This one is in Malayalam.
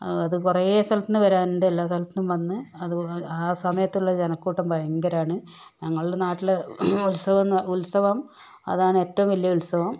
അത് കുറെ സ്ഥലത്തില് നിന്നു വരാനുണ്ട് എല്ലാ സ്ഥലത്തില് നിന്നു വന്നു അതുപോലെ ആ സമയത്തുള്ള ജനകൂട്ടം ഭയങ്കരമാണ് ഞങ്ങളുടെ നാട്ടിലെ ഉത്സവമെന്ന് ഉത്സവം അതാണ് ഏറ്റവും വലിയ ഉത്സവം